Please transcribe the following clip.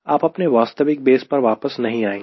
आप अपने वास्तविक बेस पर वापस नहीं आएंगे